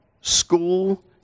School